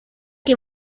que